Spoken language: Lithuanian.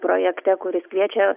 projekte kuris kviečia